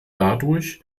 dadurch